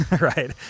right